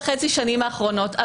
וחצי האחרונות -- אני מאוד מעריך.